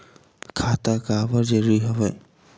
खाता का बर जरूरी हवे?